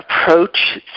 approach